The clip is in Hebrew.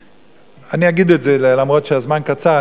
אני אגיד את זה, למרות שהזמן קצר: